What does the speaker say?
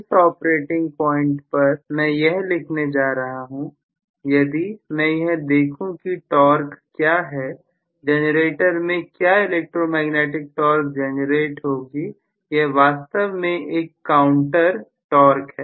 इस operating point पर और मैं यह लिखने जा रहा हूं यदि मै यह देखूं की टॉर्क क्या है जनरेटर में क्या इलेक्ट्रोमैग्नेटिक टॉर्क जनरेट होगी यह वास्तव में एक काउंटर विपरीत टॉर्क है